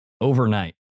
overnight